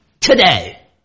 today